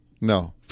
no